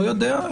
לא יודע.